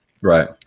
Right